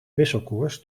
wisselkoers